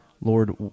Lord